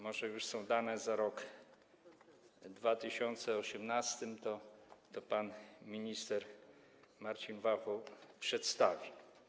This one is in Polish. Może już są dane za rok 2018, to pan minister Marcin Warchoł je przedstawi.